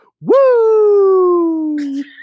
woo